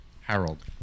Harold